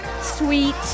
sweet